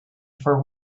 for